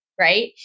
right